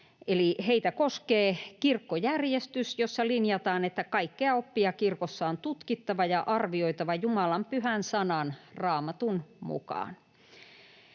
heitä koskee kirkkojärjestys, jossa linjataan, että kaikkea oppia kirkossa on tutkittava ja arvioitava Jumalan pyhän sanan, Raamatun, mukaan.